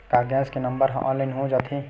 का गैस के नंबर ह ऑनलाइन हो जाथे?